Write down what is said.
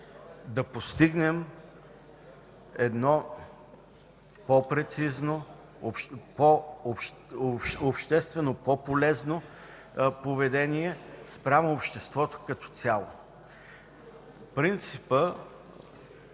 да постигнем по-прецизно, обществено по-полезно поведение спрямо обществото като цяло. Принципът